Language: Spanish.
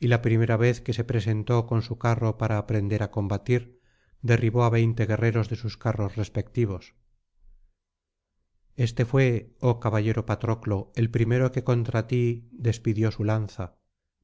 y la primera vez que se presentó con su carro para aprender á combatir derribó á veinte guerreros de sus carros respectivos este fué oh caballero patroclo el primero que contra ti despidió su lanza